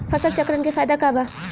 फसल चक्रण के फायदा का बा?